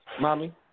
Mommy